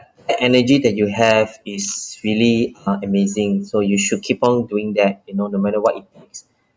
energy that you have is really uh amazing so you should keep on doing that you know no matter what it takes